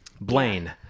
Blaine